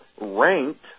ranked